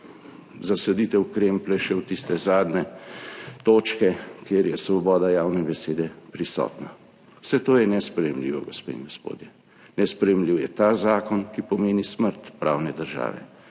zasaditev krempljev še v tiste zadnje točke, kjer je svoboda javne besede prisotna. Vse to je nesprejemljivo, gospe in gospodje. Nesprejemljiv je ta zakon, ki pomeni smrt pravne države,